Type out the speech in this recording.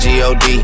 G-O-D